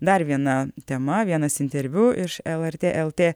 dar viena tema vienas interviu iš lrt lt